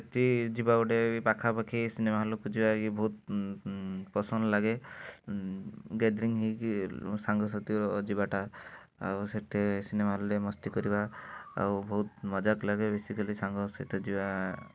ସେଠି ଯିବା ଗୋଟେ ପାଖାପାଖି ସିନେମା ହଲ୍କୁ ଯିବା ବହୁତ ପସନ୍ଦ ଲାଗେ ଗାଦେରିଙ୍ଗ ହେଇକି ସାଙ୍ଗସାଥିର ଯିବାଟା ଆଉ ସେ ତ ସିନେମା ହଲ୍ରେ ମସ୍ତି କରିବା ଆଉ ବହୁତ ମଜାକ ଲାଗେ ବେସିକାଲି ସାଙ୍ଗ ସହିତ ଯିବା